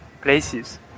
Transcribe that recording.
places